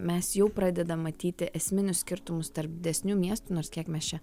mes jau pradedam matyti esminius skirtumus tarp didesnių miestų nors kiek mes čia